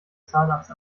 zahnarzt